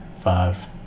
five